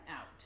out